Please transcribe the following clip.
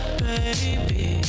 baby